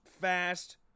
fast